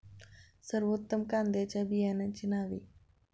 सर्वोत्तम कांद्यांच्या बियाण्यांची नावे?